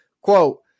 quote